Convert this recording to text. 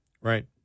Right